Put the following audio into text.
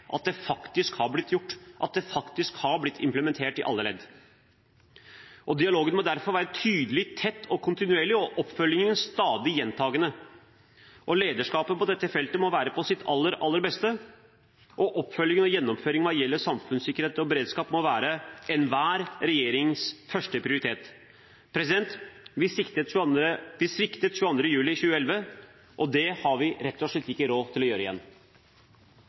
at det faktisk har blitt gjort, at det faktisk har blitt implementert i alle ledd. Dialogen må derfor være tydelig, tett og kontinuerlig, og oppfølgingen stadig gjentakende. Lederskapet på dette feltet må være på sitt aller beste, og oppfølgingen og gjennomføringen hva gjelder samfunnssikkerhet og beredskap må være enhver regjerings første prioritet. Vi sviktet 22. juli 2011. Det har vi rett og slett ikke råd til å gjøre igjen.